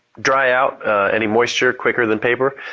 dry out any moisture quicker than paper.